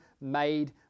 made